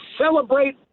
celebrate